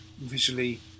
visually